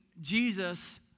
Jesus